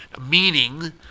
meaning